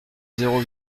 zéro